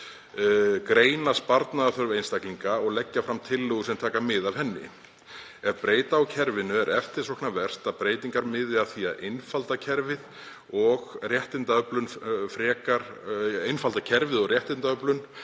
„greina sparnaðarþörf einstaklinga og leggja fram tillögur sem taka mið af henni. Ef breyta á kerfinu er eftirsóknarvert að breytingar miði að því að einfalda kerfið og réttindaöflun frekar